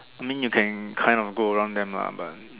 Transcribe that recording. I mean you can kind of go around them ah but